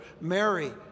Mary